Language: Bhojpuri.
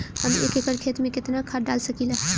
हम एक एकड़ खेत में केतना खाद डाल सकिला?